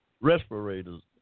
Respirators